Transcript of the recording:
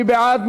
מי בעד?